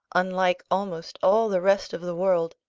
unlike almost all the rest of the world,